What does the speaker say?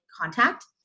contact